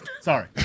Sorry